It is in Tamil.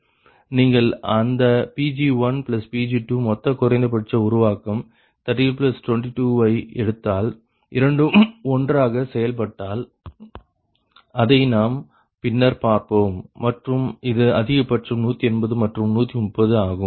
நீங்கள் அந்த Pg1Pg2 மொத்த குறைந்தபட்ச உருவாக்கம் 3222 வை எடுத்தால் இரண்டும் ஒன்றாக செயல்பட்டால் அதை நாம் பின்னர் பார்ப்போம் மற்றும் இது அதிகபட்சம் 180 மற்றும் 130 ஆகும்